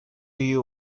you